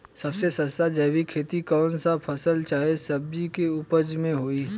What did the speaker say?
सबसे सस्ता जैविक खेती कौन सा फसल चाहे सब्जी के उपज मे होई?